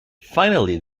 finally